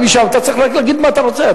אתה צריך רק להגיד מה אתה רוצה.